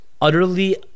utterly